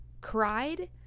cried